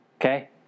Okay